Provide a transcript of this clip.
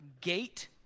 gate